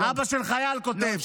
אבא של חייל כותב.